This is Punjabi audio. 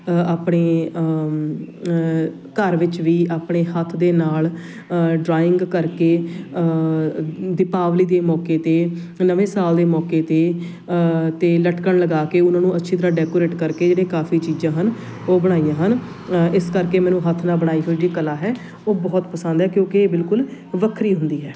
ਆਪਣੇ ਘਰ ਵਿੱਚ ਵੀ ਆਪਣੇ ਹੱਥ ਦੇ ਨਾਲ ਡਰਾਇੰਗ ਕਰਕੇ ਦੀਪਾਵਲੀ ਦੇ ਮੌਕੇ 'ਤੇ ਨਵੇਂ ਸਾਲ ਦੇ ਮੌਕੇ 'ਤੇ ਅਤੇ ਲਟਕਣ ਲਗਾ ਕੇ ਉਹਨਾਂ ਨੂੰ ਅੱਛੀ ਤਰ੍ਹਾਂ ਡੈਕੋਰੇਟ ਕਰਕੇ ਜਿਹੜੇ ਕਾਫੀ ਚੀਜ਼ਾਂ ਹਨ ਉਹ ਬਣਾਈਆਂ ਹਨ ਇਸ ਕਰਕੇ ਮੈਨੂੰ ਹੱਥ ਨਾਲ ਬਣਾਈ ਹੋਈ ਜੀ ਕਲਾ ਹੈ ਉਹ ਬਹੁਤ ਪਸੰਦ ਹੈ ਕਿਉਂਕਿ ਇਹ ਬਿਲਕੁਲ ਵੱਖਰੀ ਹੁੰਦੀ ਹੈ